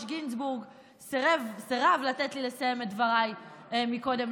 גינזבורג סירב לתת לי לסיים את דבריי קודם,